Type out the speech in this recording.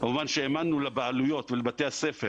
כמובן שהעמדנו לבעלויות ולבתי הספר